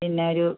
പിന്നൊരു